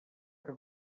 que